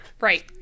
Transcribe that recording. Right